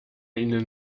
ihnen